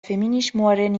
feminismoaren